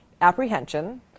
apprehension